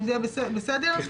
בסדר?